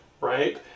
right